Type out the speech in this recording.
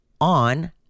on